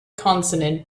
consonant